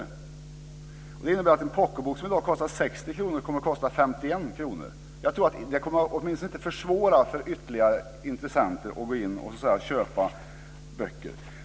Det här skulle innebära att en pocketbok som i dag kostar 60 kr kommer att kosta 51 kr. Jag tror att detta åtminstone inte kommer att försvåra för ytterligare intressenter att köpa böcker.